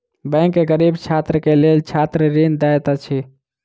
bank गरीब छात्र के लेल छात्र ऋण दैत अछि